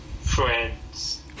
friends